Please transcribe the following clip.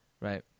right